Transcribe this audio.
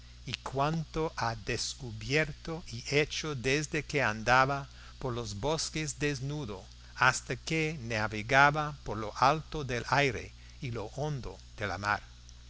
y cuanto ha descubierto y hecho desde que andaba por los bosques desnudo hasta que navega por lo alto del aire y lo hondo de la mar